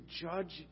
judge